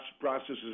processes